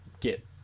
get